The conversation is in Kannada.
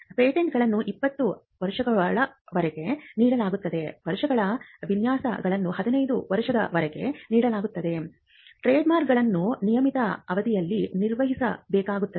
ಪೇಟೆಂಟ್ಗಳನ್ನು 20 ವರ್ಷಗಳವರೆಗೆ ನೀಡಲಾಗುತ್ತದೆ ವರ್ಷಗಳ ವಿನ್ಯಾಸಗಳು 15 ವರ್ಷಗಳವರೆಗೆ ನೀಡಲಾಗುತ್ತದೆ ಟ್ರೇಡ್ಮಾರ್ಕ್ಗಳನ್ನು ನಿಯಮಿತ ಅವಧಿಯಲ್ಲಿ ನವೀಕರಿಸಬೇಕಾಗುತ್ತದೆ